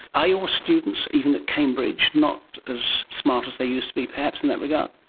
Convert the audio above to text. are your students, even at cambridge, not as smart as they used to be perhaps in that regard?